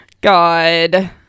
God